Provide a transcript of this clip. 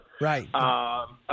Right